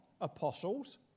apostles